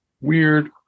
Weird